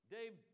Dave